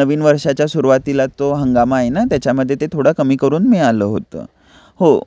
नवीन वर्षाच्या सुरुवातीला तो हंगामा आहे ना त्याच्यामध्ये ते थोडं कमी करून मिळालं होतं हो